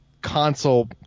console